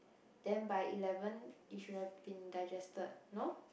then by eleven it should have been digested no